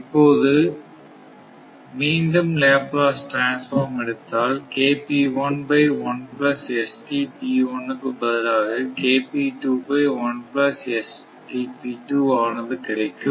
இப்போது மீண்டும் Laplace transform எடுத்தால் க் கு பதிலாக ஆனது கிடைக்கும்